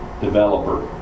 developer